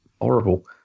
horrible